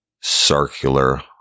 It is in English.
circular